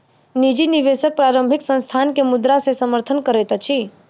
निजी निवेशक प्रारंभिक संस्थान के मुद्रा से समर्थन करैत अछि